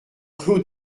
clos